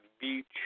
beach